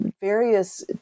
various